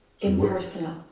Impersonal